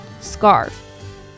Scarf